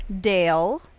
Dale